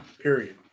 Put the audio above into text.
Period